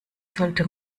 sollte